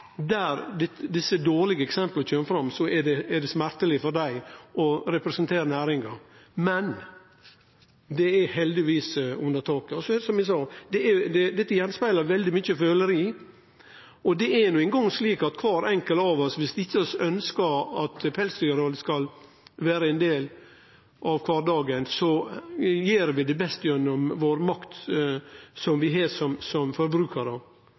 desse dårlege eksempla kjem fram, er det smerteleg å representere næringa, men det er heldigvis unnataket. Som eg sa, dette speglar av veldig mykje føleri. Og det er no ein gong slik at kvar enkelt av oss, dersom vi ikkje ønskjer at pelsdyrhald skal vere ein del av kvardagen, gjer det beste gjennom den makta som vi som forbrukarar har